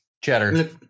cheddar